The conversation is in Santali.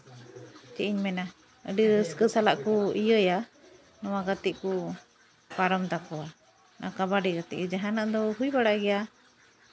ᱪᱮᱫ ᱤᱧ ᱢᱮᱱᱟ ᱟᱹᱰᱤ ᱨᱟᱹᱥᱠᱟᱹ ᱥᱟᱞᱟᱜ ᱠᱚ ᱤᱭᱟᱹᱭᱟ ᱱᱚᱣᱟ ᱜᱟᱛᱮᱜ ᱠᱚ ᱯᱟᱨᱚᱢ ᱛᱟᱠᱚᱣᱟ ᱠᱟᱵᱟᱰᱤ ᱜᱟᱛᱮᱜ ᱜᱮ ᱡᱟᱦᱟᱱᱟᱜ ᱫᱚ ᱦᱩᱭ ᱵᱟᱲᱟᱜ ᱜᱮᱭᱟ